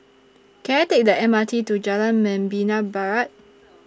Can I Take The M R T to Jalan Membina Barat